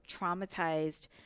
traumatized